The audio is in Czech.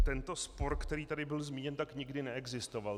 Tento spor, který tady byl zmíněn, nikdy neexistoval.